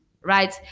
right